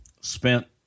spent